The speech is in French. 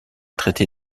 traité